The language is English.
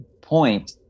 point